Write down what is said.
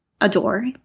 Adore